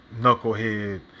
knucklehead